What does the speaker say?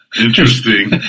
interesting